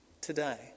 today